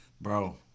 Bro